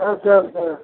ଆଚ୍ଛା ଆଚ୍ଛା